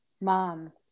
mom